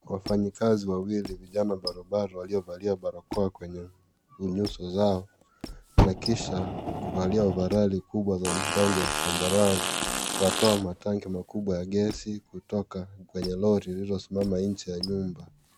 Wafanyikazi wawili vijana baru baru waliovalia barakoa kwenye nyuso zao na kisha kuvalia ovaroli kubwa za rangi ya zambarau watoa matanki makubwa ya gesi kutoka kwenye lori zilizosimama nje ya nyumba.